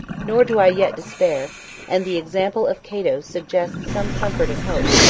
nor do i yet despair and the example of cato suggests some comfort and hope,